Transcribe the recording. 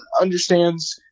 understands